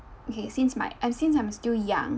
okay since my and since I'm still young